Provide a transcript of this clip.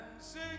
Sing